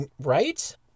Right